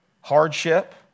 hardship